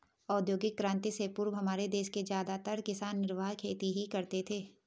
औद्योगिक क्रांति से पूर्व हमारे देश के ज्यादातर किसान निर्वाह खेती ही करते थे